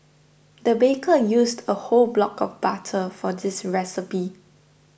the baker used a whole block of butter for this recipe